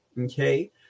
okay